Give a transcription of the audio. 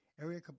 Area